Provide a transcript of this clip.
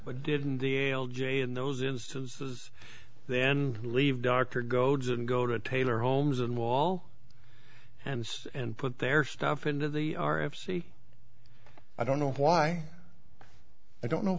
but didn't the ale j in those instances then leave dr goads and go to a tailor homes and wall and and put their stuff into the r f c i don't know why i don't know